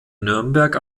nürnberg